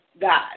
God